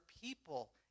people